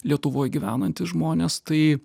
lietuvoj gyvenantys žmonės tai